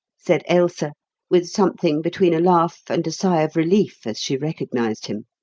said ailsa with something between a laugh and a sigh of relief as she recognized him.